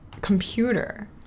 computer